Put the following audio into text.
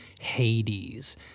Hades